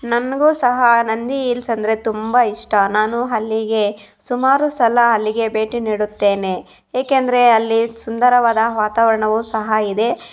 ನನಗೂ ಸಹ ನಂದಿ ಇಲ್ಸ್ ಅಂದರೆ ತುಂಬ ಇಷ್ಟ ನಾನು ಅಲ್ಲಿಗೆ ಸುಮಾರು ಸಲ ಅಲ್ಲಿಗೆ ಭೇಟಿ ನೀಡುತ್ತೇನೆ ಏಕೆಂದರೆ ಅಲ್ಲಿ ಸುಂದರವಾದ ವಾತಾವರಣವು ಸಹ ಇದೆ